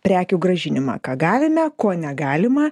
prekių grąžinimą ką galime ko negalima